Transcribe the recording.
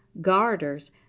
garters